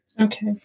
Okay